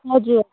हजुर